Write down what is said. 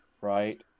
right